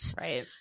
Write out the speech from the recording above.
Right